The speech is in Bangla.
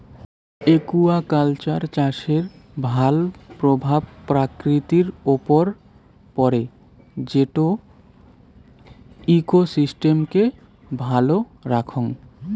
একুয়াকালচার চাষের ভাল প্রভাব প্রকৃতির উপর পড়ে যেটো ইকোসিস্টেমকে ভালো রাখঙ